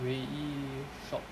唯一 shop